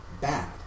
bad